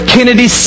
Kennedy